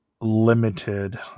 limited